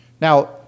Now